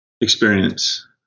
Experience